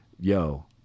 yo